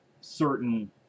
certain